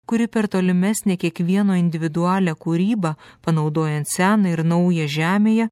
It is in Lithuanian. kuri per tolimesnę kiekvieno individualią kūrybą panaudojant seną ir naują žemėje